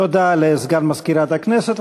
תודה לסגן מזכירת הכנסת.